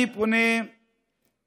אני פונה לממשלה,